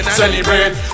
celebrate